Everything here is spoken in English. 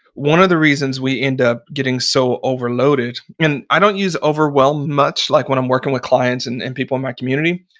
one of the reasons we end up getting so overloaded, and i don't use overwhelmed much like when i'm working with clients and and people in my community.